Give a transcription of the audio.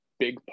big